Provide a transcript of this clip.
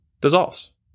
dissolves